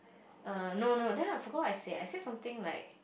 err no no then I forget I said I said something like